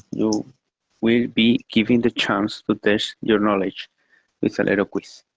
you will be given the chance to test your knowledge with a little quiz.